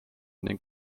ning